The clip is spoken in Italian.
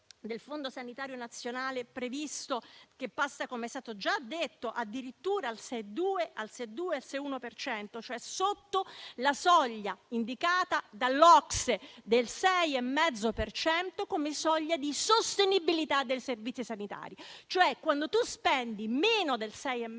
del Fondo sanitario nazionale previsto che passa - come è stato già detto - addirittura al 6,2-6,1 per cento, cioè sotto la soglia indicata dall'OCSE del 6,5 per cento come soglia di sostenibilità dei servizi sanitari. Quando si spende meno del 6,5